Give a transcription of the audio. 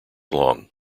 long